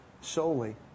solely